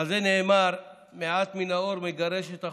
על זה נאמר: מעט מן האור מגרש את החושך,